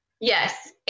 Yes